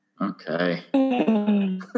Okay